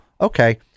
okay